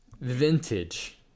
Vintage